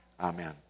Amen